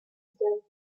still